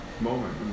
moment